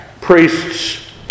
priests